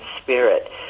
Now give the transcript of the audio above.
spirit